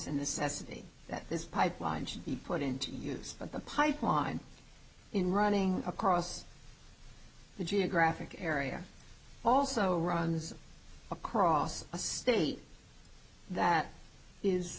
as that this pipeline should be put into use but the pipeline in running across the geographic area also runs across a state that is